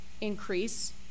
increase